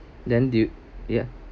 then do you yeah